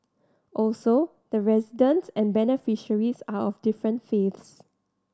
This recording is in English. also the residents and beneficiaries are of different faiths